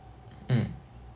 mm